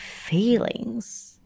feelings